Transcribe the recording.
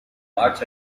march